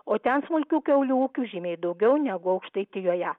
o ten smulkių kiaulių ūkių žymiai daugiau negu aukštaitijoje